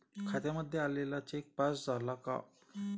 खात्यामध्ये आलेला cheque pass झाला का?